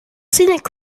scenic